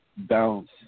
balance